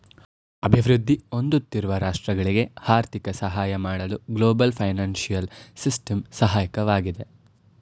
ಅಭಿವೃದ್ಧಿ ಹೊಂದುತ್ತಿರುವ ರಾಷ್ಟ್ರಗಳಿಗೆ ಆರ್ಥಿಕ ಸಹಾಯ ಮಾಡಲು ಗ್ಲೋಬಲ್ ಫೈನಾನ್ಸಿಯಲ್ ಸಿಸ್ಟಮ್ ಸಹಾಯಕವಾಗಿದೆ